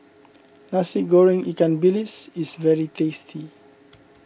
Nasi Goreng Ikan Bilis is very tasty